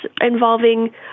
involving